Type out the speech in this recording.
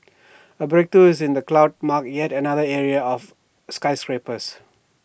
A breakthrough is in the cloud mark yet another era of skyscrapers